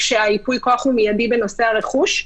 כשייפוי הכוח הוא מיידי בנושא הרכוש.